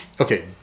Okay